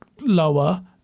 lower